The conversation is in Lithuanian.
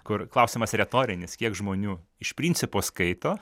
kur klausimas retorinis kiek žmonių iš principo skaito